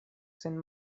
sen